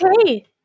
Okay